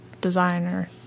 designer